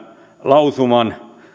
lausuman